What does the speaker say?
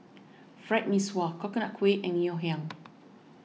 Fried Mee Sua Coconut Kuih and Ngoh Hiang